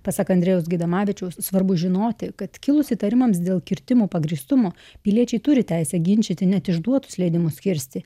pasak andrejaus gaidamavičiaus svarbu žinoti kad kilus įtarimams dėl kirtimų pagrįstumo piliečiai turi teisę ginčyti net išduotus leidimus kirsti